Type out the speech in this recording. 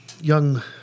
young